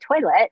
toilet